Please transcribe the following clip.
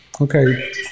Okay